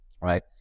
right